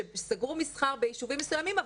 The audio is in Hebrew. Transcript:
שסגרו מסחר ביישובים מסוימים,